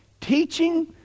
Teaching